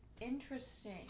interesting